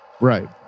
Right